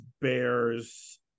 Bears